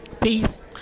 Peace